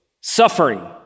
suffering